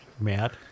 Matt